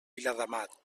viladamat